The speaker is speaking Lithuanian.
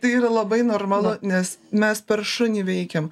tai yra labai normalu nes mes per šunį veikiam